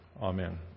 Amen